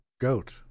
goat